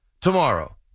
tomorrow